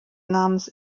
namens